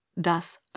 Das